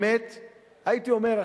הייתי אומר,